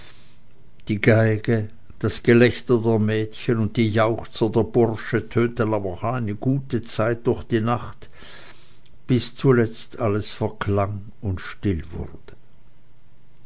die geige das gelächter der mädchen und die jauchzer der bursche tönten aber noch eine gute zeit durch die nacht bis zuletzt alles verklang und still wurde